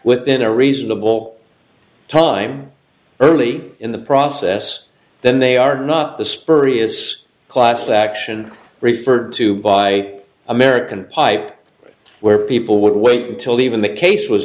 within a reasonable time early in the process then they are not the spurious class action referred to by american pipe where people would wait until even the case was